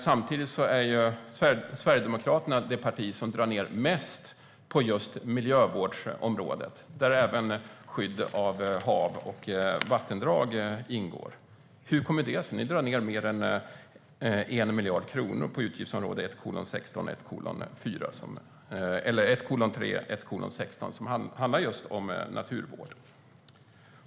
Samtidigt är Sverigedemokraterna det parti som drar ned mest på just miljövårdsområdet, där även skydd av hav och vattendrag ingår. Hur kommer det sig att ni drar ned med mer än 1 miljard kronor på utgiftsområde 1:3 och 1:16 som handlar om just naturvård?